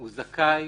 הוא זכאי